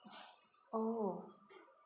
oh